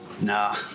Nah